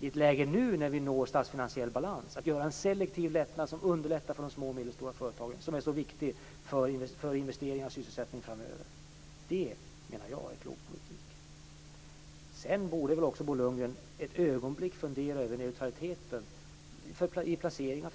I ett läge när vi nu uppnår statsfinansiell balans gör vi en selektiv lättnad som underlättar för de små och medelstora företagen. Det är viktigt för investeringar och sysselsättning framöver. Det menar jag är en klok politik. Bo Lundgren borde också ett ögonblick fundera över neutralitet i